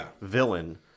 villain